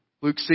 Luke